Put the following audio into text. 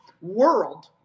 world